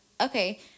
Okay